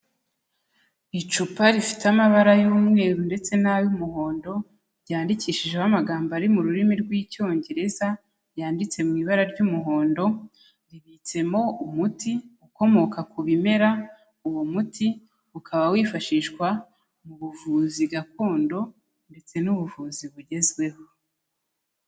Icupa rifite amabara y'umweru ndetse n'ay'umuhondo, ryandikishijeho amagambo ari mu rurimi rw'Icyongereza yanditse mu ibara ry'umuhondo, ribitsemo umuti ukomoka ku bimera, uwo muti ukaba wifashishwa mu buvuzi gakondo, ndetse n'ubuvuzi bugezweho.